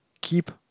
keep